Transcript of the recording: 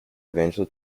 eventual